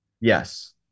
Yes